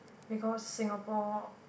because Singapore